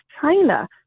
China